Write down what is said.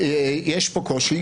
יש פה קושי.